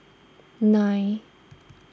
nine